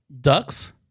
ducks